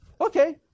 okay